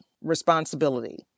responsibility